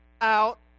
out